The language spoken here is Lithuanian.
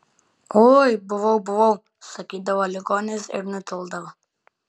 oi buvau buvau sakydavo ligonis ir nutildavo